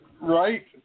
Right